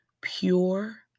pure